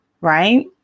right